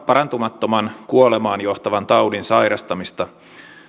parantumattoman kuolemaan johtavan taudin sairastamista